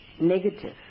negative